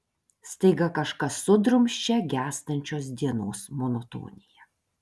staiga kažkas sudrumsčia gęstančios dienos monotoniją